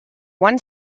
one